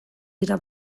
dira